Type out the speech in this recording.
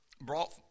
brought